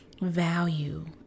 value